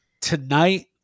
Tonight